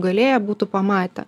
galėję būtų pamatę